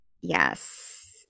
yes